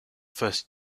first